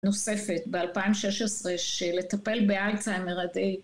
נוספת ב-2016 של לטפל באלצהיימר על ידי...